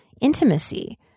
intimacy